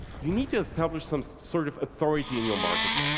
you need to establish some sort of authority in your market.